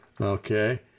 Okay